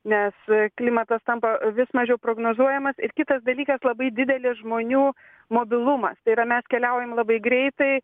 nes klimatas tampa vis mažiau prognozuojamas ir kitas dalykas labai didelis žmonių mobilumas tai yra mes keliaujam labai greitai